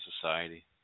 society